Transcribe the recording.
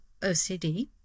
ocd